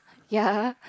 ya